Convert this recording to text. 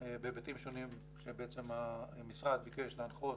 בהיבטים שונים, כשבעצם המשרד ביקש להנחות